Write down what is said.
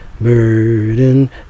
burden